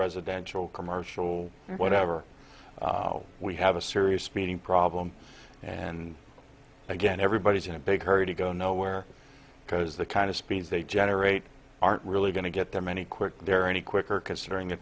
residential commercial or whatever we have a serious meeting problem and again everybody's in a big hurry to go nowhere because the kind of speeds they generate aren't really going to get them any quick there any quicker considering the